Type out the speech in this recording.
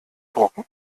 drucken